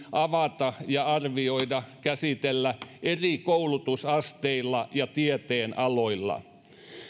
avata arvioida ja käsitellä eri koulutusasteilla ja tieteenaloilla